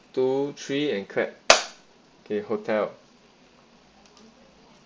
two three and clap okay hotel